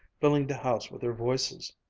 filling the house with their voices.